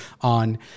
on